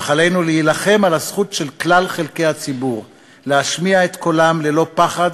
אך עלינו להילחם על הזכות של כלל חלקי הציבור להשמיע את קולם ללא פחד